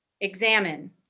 examine